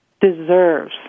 deserves